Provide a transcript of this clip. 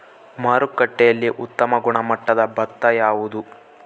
ಮಾರುಕಟ್ಟೆಯಲ್ಲಿ ಉತ್ತಮ ಗುಣಮಟ್ಟದ ಭತ್ತ ಯಾವುದು?